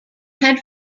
had